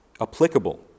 applicable